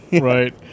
Right